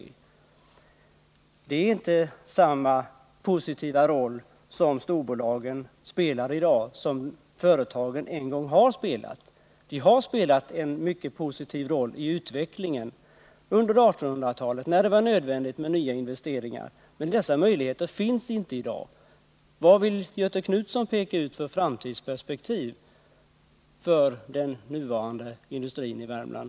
Storbolagen spelar inte samma positiva roll i dag som de en gång har spelat, för de har spelat en mycket positiv roll i utvecklingen under 1800-talet, när det var nödvändigt med nya investeringar. Dessa möjligheter finns emellertid inte i dag. Vad vill Göthe Knutson peka ut för framtidsperspektiv för den nuvarande industrin i Värmland?